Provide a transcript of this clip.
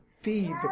feed